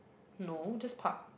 no just park